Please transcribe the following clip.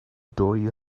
dwy